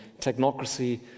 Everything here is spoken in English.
technocracy